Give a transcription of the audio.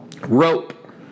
Rope